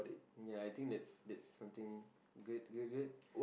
ya I think that's that's something good good good